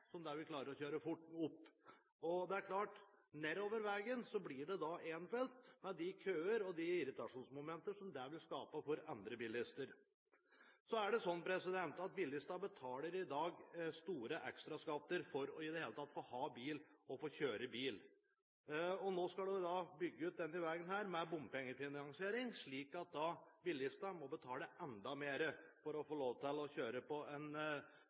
som det vi klarer å kjøre fort opp. Og det er klart at når det nedover veien blir ett felt, vil det skape køer og irritasjonsmomenter for andre bilister. Så er det sånn at bilistene i dag betaler store ekstra skatter for i det hele tatt å få ha bil og få kjøre bil. Nå skal denne veien bygges ut med bompengefinansiering slik at bilistene må betale enda mer for å få lov til å kjøre på en